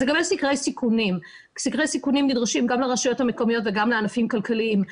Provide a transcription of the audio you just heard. סקרי סיכונים נדרשים גם לרשויות המקומיות וגם לענפים כלכליים.